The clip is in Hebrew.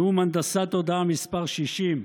נאום הנדסת תודעה מס' 60,